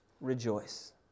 rejoice